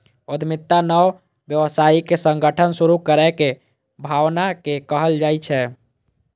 उद्यमिता नव व्यावसायिक संगठन शुरू करै के भावना कें कहल जाइ छै